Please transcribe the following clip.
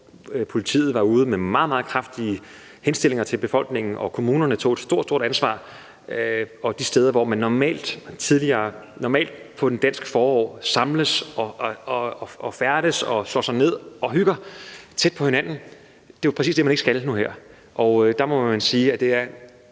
politiet var ude med meget, meget kraftige henstillinger til befolkningen, og kommunerne tog et stort, stort ansvar. Det handler om de steder, hvor man normalt samles på en dansk forårsdag og færdes, slår sig ned og hygger tæt på hinanden, og det er jo præcis det, man ikke skal nu her.